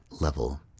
level